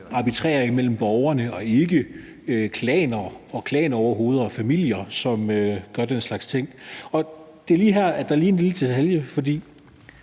mægler imellem borgerne, og ikke klaner, klanoverhoveder og familier, som gør den slags ting? Det er lige her, at der er en lille detalje.